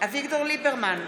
אביגדור ליברמן,